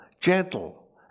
gentle